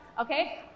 okay